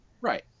Right